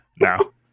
No